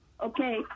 okay